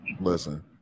listen